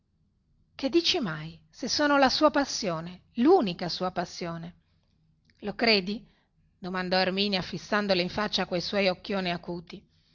che dici mai se sono la sua passione lunica sua passione lo credi domandò erminia fissandole in faccia quei suoi occhioni acuti